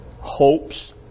hopes